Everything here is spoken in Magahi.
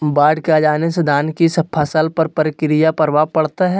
बाढ़ के आ जाने से धान की फसल पर किया प्रभाव पड़ता है?